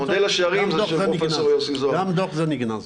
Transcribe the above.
גם הדוח הזה נגנז.